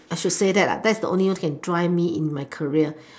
I should say that that's the only year can drive me in my career